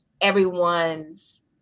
everyone's